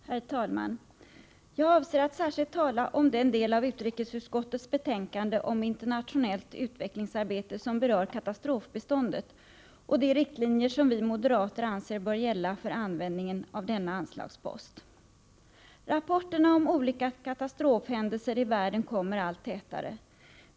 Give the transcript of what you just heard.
Herr talman! Jag avser att särskilt tala om den del av utrikesutskottets betänkande om internationellt utvecklingsarbete som berör katastrofbiståndet och de riktlinjer som vi moderater anser bör gälla för användningen av denna anslagspost. Rapporterna om olika katastrofhändelser i världen kommer allt tätare.